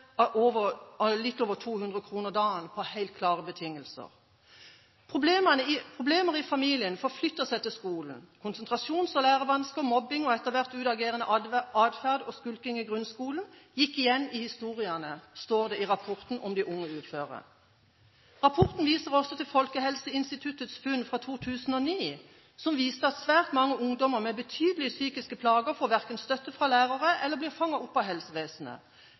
over to hundre kroner dagen på helt klare betingelser. Problemene i familien forflytter seg til skolen. Konsentrasjons- og lærevansker, mobbing og etter hvert utagerende atferd og skulking i grunnskolen gikk igjen i historiene, står det i rapporten om de unge uføre. Rapporten viser også til Folkehelseinstituttets funn fra 2009, som viste at svært mange ungdommer med betydelige psykiske plager verken får støtte fra lærere eller blir fanget opp av helsevesenet.